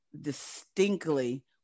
distinctly